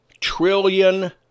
trillion